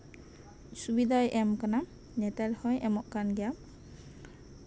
ᱥᱩᱵᱤᱫᱟᱭ ᱮᱢᱟᱠᱟᱫᱟ ᱟᱨ ᱱᱮᱛᱟᱨ ᱦᱚᱸᱭ ᱮᱢᱚᱜ ᱠᱟᱱ ᱜᱮᱭᱟ